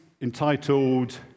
entitled